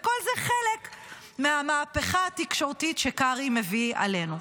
וכל זה חלק מהמהפכה התקשורתית שקרעי מביא עלינו.